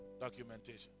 Documentation